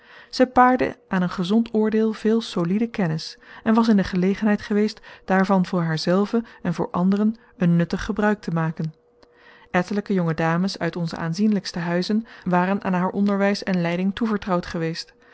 zij paarde aan een gezond oordeel veel solide kennis en was in de gelegenheid geweest daarvan voor haar zelve en voor anderen een nuttig gebruik te maken ettelijke jonge dames uit onze aanzienlijkste huizen waren aan haar onderwijs en leiding toevertrouwd geweest